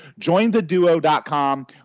jointheduo.com